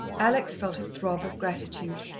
alex felt a throb of gratitude.